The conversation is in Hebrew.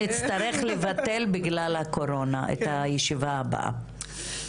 נצטרך לבטל בגלל הקורונה את הישיבה הבאה.